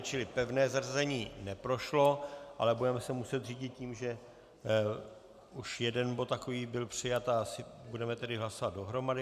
Čili pevné zařazení neprošlo, ale budeme se muset řídit tím, že už jeden takový bod byl přijat, a asi budeme o nich hlasovat dohromady.